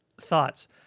Thoughts